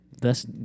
thus